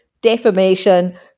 defamation